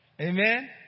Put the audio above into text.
amen